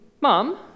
Mom